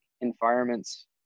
environments